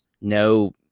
no